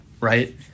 right